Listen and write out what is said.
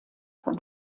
von